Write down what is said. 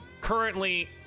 currently